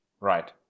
Right